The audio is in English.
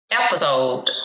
episode